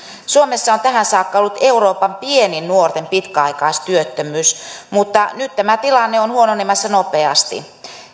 suomessa on tähän saakka ollut euroopan pienin nuorten pitkäaikaistyöttömyys mutta nyt tämä tilanne on huononemassa nopeasti